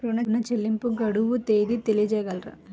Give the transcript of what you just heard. ఋణ చెల్లింపుకు గడువు తేదీ తెలియచేయగలరా?